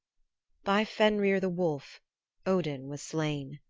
by fenrir the wolf odin was slain.